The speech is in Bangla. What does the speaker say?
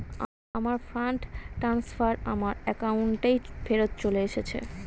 আমার ফান্ড ট্রান্সফার আমার অ্যাকাউন্টেই ফেরত চলে এসেছে